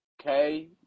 okay